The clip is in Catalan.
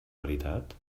veritat